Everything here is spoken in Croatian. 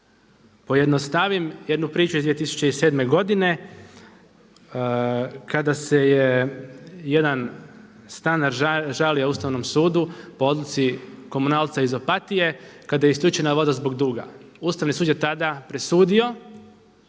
pojednostavim jednu priču iz 2007. godine kada se je jedan stanar žalio Ustavnom sudu po odluci komunalca iz Opatije kada je isključena voda zbog duga. Ustavni sud je tada presudio,